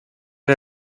out